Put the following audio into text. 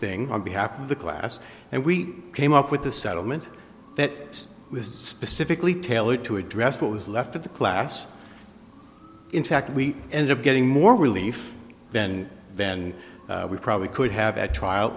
thing on behalf of the class and we came up with a settlement that was specifically tailored to address what was left of the class in fact we end up getting more relief then then we probably could have a trial